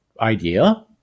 idea